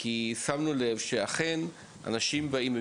שמנו לב שאכן אנשים באים בשעות מאוחרות יותר,